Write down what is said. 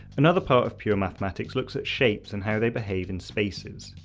another part of pure mathematics looks at shapes and how they behave in spaces.